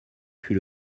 fut